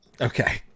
Okay